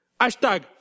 Hashtag